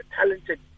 talented